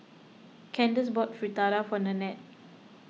Kandace bought Fritada for Nannette